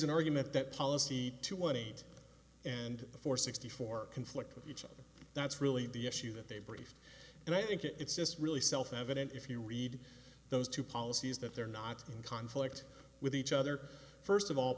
an argument that policy to one eight and four sixty four conflict with each other that's really the issue that they brief and i think it's just really self evident if you read those two policies that they're not in conflict with each other first of all